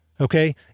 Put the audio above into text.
okay